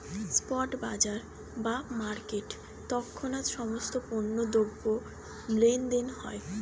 spot বাজার বা মার্কেটে তৎক্ষণাৎ সমস্ত পণ্য দ্রব্যের লেনদেন হয়